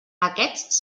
aquests